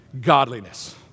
Godliness